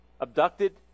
Abducted